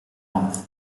month